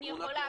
אני יכולה.